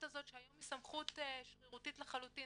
הזאת שהיום היא סמכות שרירותית לחלוטין,